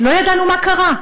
לא ידענו מה קרה.